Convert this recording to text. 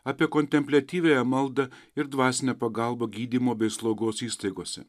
apie kontempliatyviąją maldą ir dvasinę pagalbą gydymo bei slaugos įstaigose